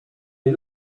les